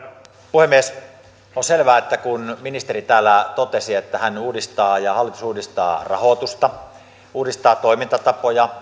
puhemies kun ministeri täällä totesi että hän uudistaa ja hallitus uudistaa rahoitusta uudistaa toimintatapoja